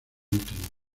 último